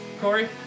Corey